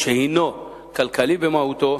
שהינו כלכלי במהותו,